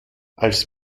als